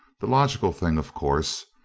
the logical thing, of course,